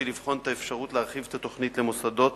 לבחון את האפשרות להרחיב את התוכנית למוסדות